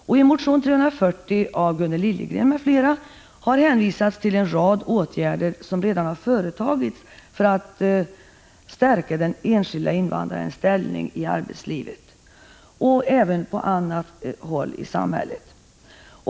I motion 340 av Gunnel Liljegren m.fl. hänvisas till en rad åtgärder som redan företagits för att stärka den enskilde invandrarens ställning i arbetslivet och på annat håll i samhället.